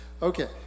Okay